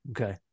Okay